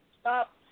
stop